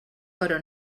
però